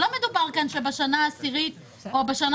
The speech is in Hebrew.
לא מדובר כאן שבשנה העשירית או בשנה